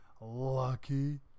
Lucky